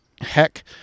heck